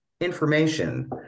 information